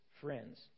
friends